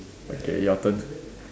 okay your turn